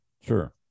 Sure